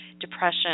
depression